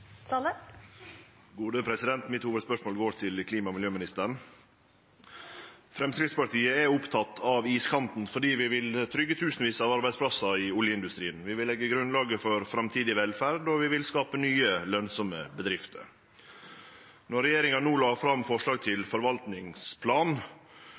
fordi vi vil tryggje tusenvis av arbeidsplassar i oljeindustrien. Vi vil leggje grunnlaget for framtidig velferd, og vi vil skape nye lønsame bedrifter. Då regjeringa la fram forslag